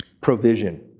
provision